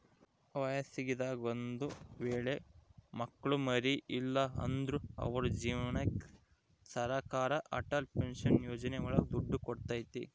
ವಯಸ್ಸಾಗಿದಾಗ ಒಂದ್ ವೇಳೆ ಮಕ್ಳು ಮರಿ ಇಲ್ಲ ಅಂದ್ರು ಅವ್ರ ಜೀವನಕ್ಕೆ ಸರಕಾರ ಅಟಲ್ ಪೆನ್ಶನ್ ಯೋಜನೆ ಒಳಗ ದುಡ್ಡು ಕೊಡ್ತೈತಿ